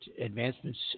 advancements